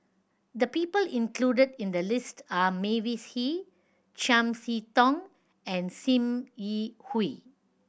the people included in the list are Mavis Hee Chiam See Tong and Sim Yi Hui